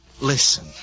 Listen